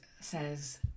says